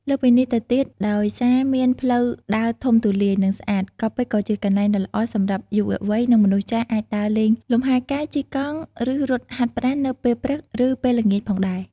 លើសពីនេះទៅទៀត ដោយសារមានផ្លូវដើរធំទូលាយ និងស្អាត កោះពេជ្រក៏ជាកន្លែងដ៏ល្អសម្រាប់យុវវ័យ និងមនុស្សចាស់អាចដើរលេងលំហែកាយ ជិះកង់ ឬរត់ហាត់ប្រាណនៅពេលព្រឹក ឬពេលល្ងាចផងដែរ។